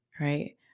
right